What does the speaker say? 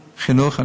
חינוך.